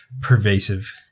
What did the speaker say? pervasive